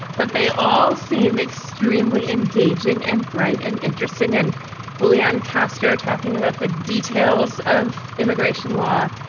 but they all seem extremely engaging and bright and interesting. and julian castro talking about the details of immigration law.